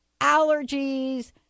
allergies